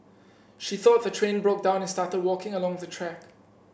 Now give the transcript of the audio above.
she thought the train broke down and started walking along the track